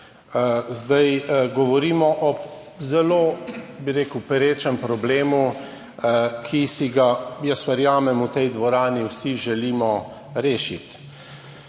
Zdaj govorimo o zelo, bi rekel, perečem problemu, ki si ga, jaz verjamem, v tej dvorani vsi želimo rešiti.